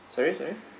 sorry sorry